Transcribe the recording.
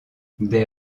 des